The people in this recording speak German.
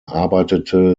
arbeitete